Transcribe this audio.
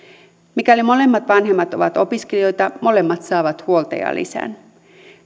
mikäli molemmat vanhemmat ovat opiskelijoita molemmat saavat huoltajalisän